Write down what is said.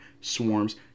swarms